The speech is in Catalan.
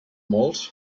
molts